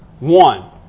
one